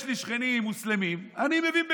יש לי שכנים מוסלמים ואני מבין בקוראן.